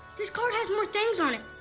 this card has more things on it.